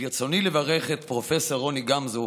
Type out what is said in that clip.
ברצוני לברך את פרופ' רוני גמזו